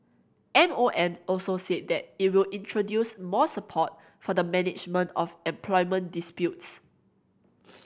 M O M also said that it will introduce more support for the management of employment disputes